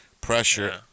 pressure